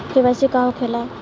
KYC का होखेला?